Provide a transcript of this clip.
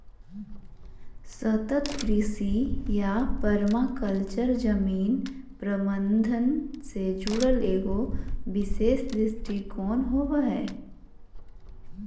सतत कृषि या पर्माकल्चर जमीन प्रबन्धन से जुड़ल एगो विशेष दृष्टिकोण होबा हइ